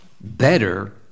better